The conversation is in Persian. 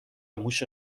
موش